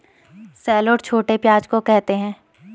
shallot छोटे प्याज़ को कहते है